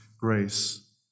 grace